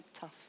tough